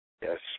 Yes